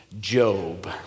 Job